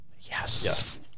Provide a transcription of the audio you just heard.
Yes